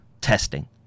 testing